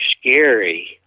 scary